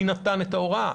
מי נתן את ההוראה.